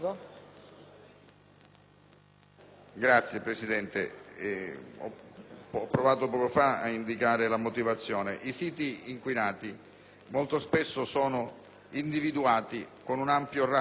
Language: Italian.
Ho provato poco fa ad indicare la motivazione di quella modifica. I siti inquinati molto spesso sono individuati con un ampio raggio e possono ricomprendere anche terreni che non sono inquinati all'interno di quei siti